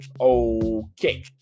Okay